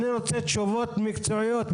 אני רוצה תשובות מקצועיות באמת.